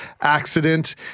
accident